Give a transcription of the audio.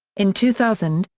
in two thousand,